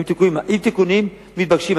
עם תיקונים מתבקשים,